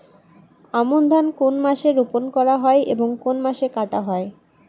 আমন ধান কোন মাসে রোপণ করা হয় এবং কোন মাসে কাটা হয়?